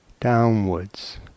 downwards